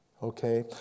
Okay